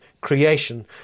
creation